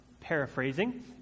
paraphrasing